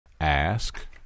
Ask